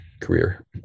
career